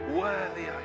worthy